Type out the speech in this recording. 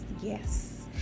yes